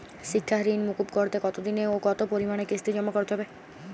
শিক্ষার ঋণ মুকুব করতে কতোদিনে ও কতো পরিমাণে কিস্তি জমা করতে হবে?